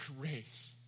grace